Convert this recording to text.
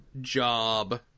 job